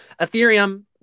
Ethereum